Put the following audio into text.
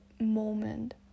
moment